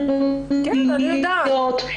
עלות,